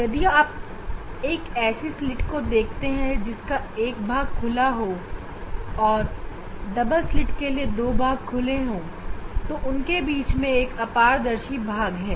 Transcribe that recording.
यदि आप एक ऐसे स्लिट को देखते हैं जिसका एक भाग a खुला होता है और डबल स्लिट के लिए 2 भाग खुले होते हैं और उनके बीच में एक अपारदर्शी भाग होता है